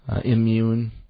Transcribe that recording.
immune